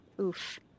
Oof